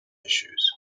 issues